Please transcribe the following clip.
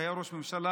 כשהיה ראש הממשלה,